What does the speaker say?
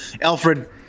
Alfred